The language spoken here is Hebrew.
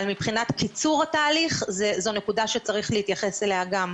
אבל מבחינת קיצור התהליך זו נקודה שצריך להתייחס אליה גם.